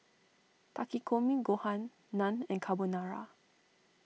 Takikomi Gohan Naan and Carbonara